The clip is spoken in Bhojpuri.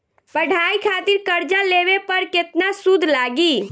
पढ़ाई खातिर कर्जा लेवे पर केतना सूद लागी?